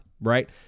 right